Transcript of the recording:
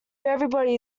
everybody